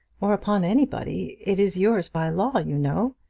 or upon anybody. it is yours by law, you know.